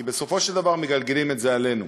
כי בסופו של דבר מגלגלים את זה עלינו.